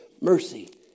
Mercy